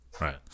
Right